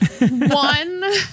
one